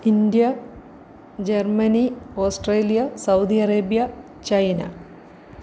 India Germany Australia Saudi Arabia China